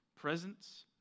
presence